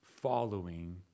following